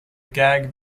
gag